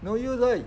no use right